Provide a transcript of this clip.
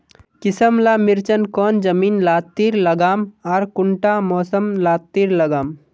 किसम ला मिर्चन कौन जमीन लात्तिर लगाम आर कुंटा मौसम लात्तिर लगाम?